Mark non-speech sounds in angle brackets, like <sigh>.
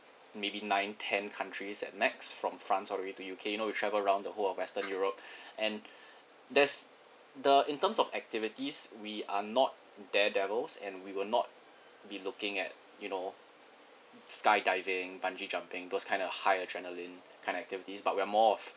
maybe nine ten countries at max from france sorry to U_K you know we travel around the whole of western europe <breath> and there's the in terms of activities we are not dare devils and we were not be looking at you know sky diving bungee jumping those kind of high adrenaline kind of activities but we are more of